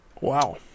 Wow